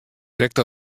krekt